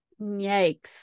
Yikes